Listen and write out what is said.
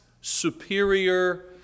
superior